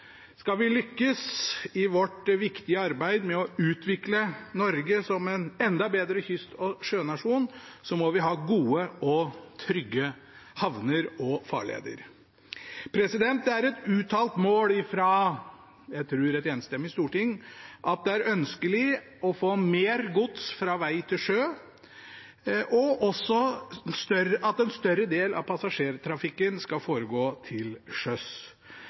Skal vi lykkes i vårt viktige arbeid med å utvikle Norge som en enda bedre kyst- og sjønasjon, må vi ha gode og trygge havner og farleder. Det er et uttalt mål fra et enstemmig storting, tror jeg, at det er ønskelig å få mer gods fra veg til sjø, og at en større del av passasjertrafikken skal foregå til sjøs.